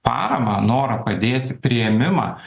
paramą norą padėti priėmimą